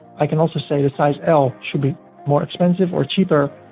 i can also say to size l should be more expensive or cheaper.